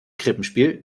krippenspiel